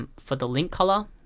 um for the link color,